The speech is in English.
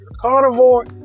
carnivore